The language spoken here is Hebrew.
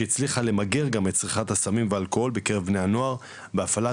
שהצליחה למגר את צריכת הסמים והאלכוהול בקרב בני נוער בהפעלת